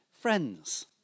friends